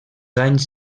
anys